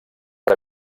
per